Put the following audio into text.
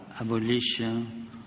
abolition